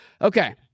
Okay